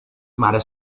mare